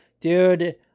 Dude